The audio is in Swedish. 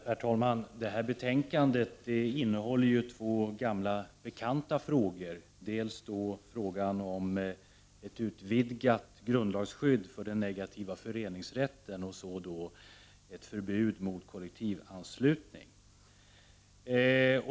Herr talman! I detta betänkande behandlas två gamla bekanta frågor, dels frågan om ett utvidgat grundlagsskydd för den negativa föreningsrätten, dels frågan om ett förbud mot kollektivanslutning.